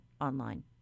online